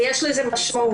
ויש לזה משמעות.